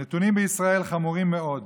הנתונים בישראל חמורים מאוד.